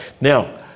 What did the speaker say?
Now